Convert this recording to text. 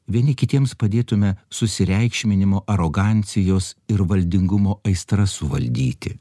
vieni kitiems padėtume susireikšminimo arogancijos ir valdingumo aistras suvaldyti